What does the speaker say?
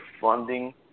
funding